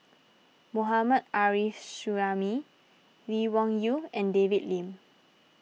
Mohammad Arif Suhaimi Lee Wung Yew and David Lim